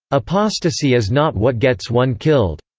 apostasy is not what gets one killed.